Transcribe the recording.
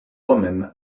woman